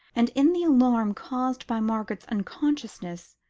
and in the alarm caused by margaret's unconsciousness,